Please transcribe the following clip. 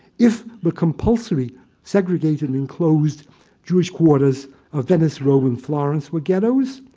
if the compulsory segregated enclosed jewish quarters of venice, rome, and florence were ghettos,